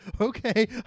okay